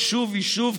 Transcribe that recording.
יישוב-יישוב,